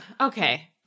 Okay